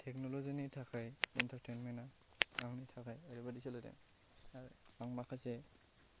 टेकनलजिनि थाखाय एन्टारटेनमेन्टआ आंनि थाखाय ओरैबादि सोलिदों आं माखासे